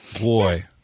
boy